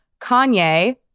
Kanye